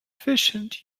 efficient